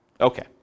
Okay